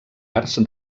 arts